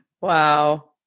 Wow